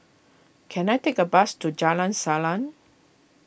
can I take a bus to Jalan Salang